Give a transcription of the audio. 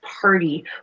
party